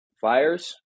fires